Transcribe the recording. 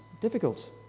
difficult